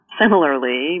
similarly